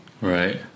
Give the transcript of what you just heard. right